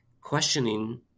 questioning